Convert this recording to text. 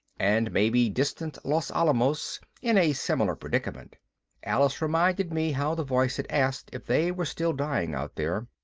and maybe distant los alamos in a similar predicament alice reminded me how the voice had asked if they were still dying out there.